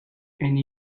and